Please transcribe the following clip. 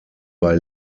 bei